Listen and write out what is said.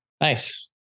Nice